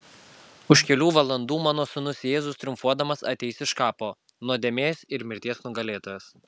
už kelių valandų mano sūnus jėzus triumfuodamas ateis iš kapo nuodėmės ir mirties nugalėtojas